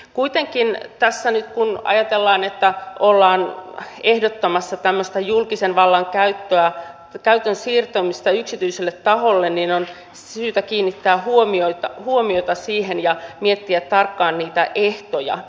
kuitenkin tässä nyt kun ajatellaan että ollaan ehdottamassa tämmöistä julkisen vallan käytön siirtämistä yksityiselle taholle on syytä kiinnittää huomiota siihen ja miettiä tarkkaan niitä ehtoja